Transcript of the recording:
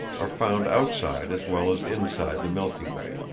are found outside as well as inside the milky way,